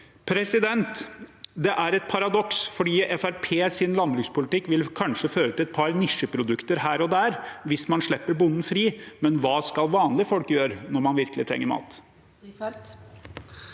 forsikringen. Det er et paradoks, for Fremskrittspartiets landbrukspolitikk vil kanskje føre til et par nisjeprodukter her og der hvis man slippe bonden fri – men hva skal vanlige folk gjøre når de virkelig trenger mat?